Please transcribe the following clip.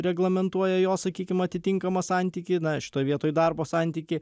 reglamentuoja jo sakykim atitinkamą santykį na šitoj vietoj darbo santykį